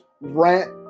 rant